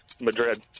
Madrid